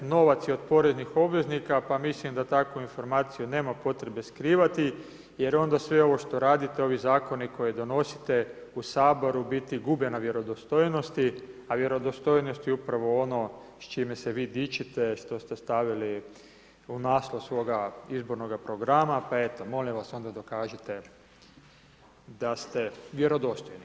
Novac je od poreznih obveznika, pa mislim da takvu informaciju nema potrebe skrivati jer onda sve ovo što radite, ovi Zakoni koje donosite u Saboru u biti gube na vjerodostojnosti, a vjerodostojnost je upravo ono s čime se vi dičite, što ste stavili u naslov svoga izbornoga programa, pa eto, molim vas onda dokažite da ste vjerodostojni.